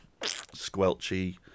squelchy